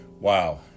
Wow